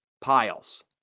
piles